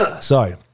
sorry